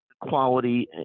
quality